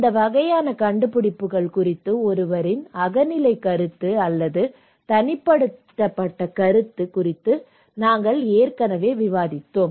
இந்த வகையான கண்டுபிடிப்புகள் குறித்து ஒருவரின் அகநிலை கருத்து அல்லது தனிப்பட்ட கருத்து குறித்து நாங்கள் ஏற்கனவே விவாதித்தோம்